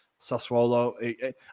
Sassuolo